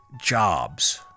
jobs